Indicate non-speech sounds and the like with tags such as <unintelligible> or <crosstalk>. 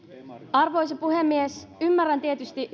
arvoisa puhemies ymmärrän tietysti <unintelligible>